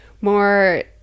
more